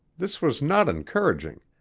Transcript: this was not encouraging,